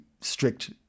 strict